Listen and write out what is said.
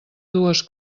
dues